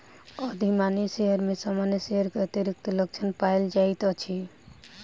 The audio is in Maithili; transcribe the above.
अधिमानी शेयर में सामान्य शेयर के अतिरिक्त लक्षण पायल जाइत अछि